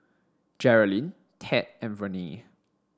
Jerilyn Ted Verne